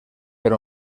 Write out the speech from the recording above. per